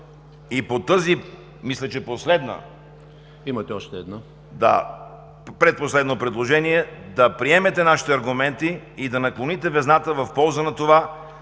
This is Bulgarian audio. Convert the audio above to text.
и по това, мисля че последно, предпоследно предложение, да приемете нашите аргументи и да наклоните везната в полза на това